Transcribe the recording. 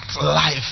life